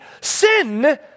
sin